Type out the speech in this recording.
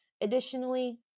Additionally